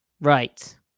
right